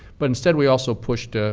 but instead, we also pushed, ah